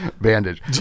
bandage